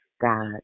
God